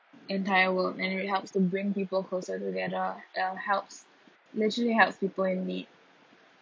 entire world and it really helps to bring people closer together uh helps literally helps people in need